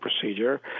procedure